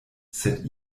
sed